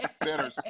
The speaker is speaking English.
better